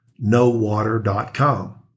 NoWater.com